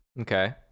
Okay